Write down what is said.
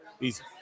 Easy